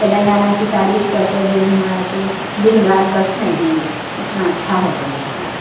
تلنگانہ کی تعریف کرتے ہوئے ہمار ے کو دن رات بس نہیں ہوں گے اُتنا اچھا ہے تلنگانہ